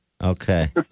Okay